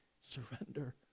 surrender